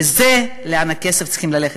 וזה המקום שהכסף צריך ללכת,